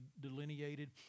delineated